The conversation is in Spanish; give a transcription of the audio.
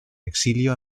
exilio